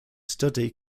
study